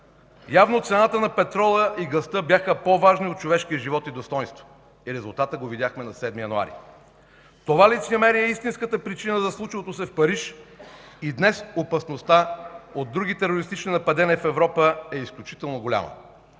Но цената на петрола и газта бяха по-важни от човешкия живот и достойнство. И резултатът го видяхме на 7 януари! Това лицемерие е истинската причина за случилото се в Париж и днес опасността от други терористични нападения в Европа е изключително голяма.